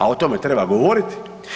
A o tome treba govoriti.